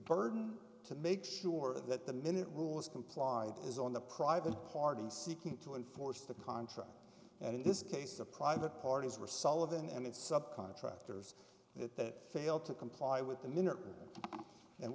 burden to make sure that the minute rule is complied is on the private party seeking to enforce the contract and in this case a private parties were sullivan and sub contractors that failed to comply with the